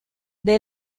del